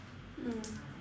mm